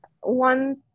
one